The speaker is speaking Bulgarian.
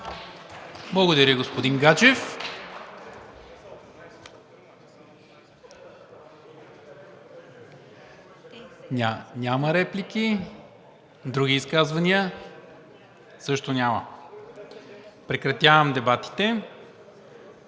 Благодаря, господин Гаджев. Реплики? Няма. Други изказвания? Също няма. Прекратявам дебатите.